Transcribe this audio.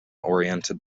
oriented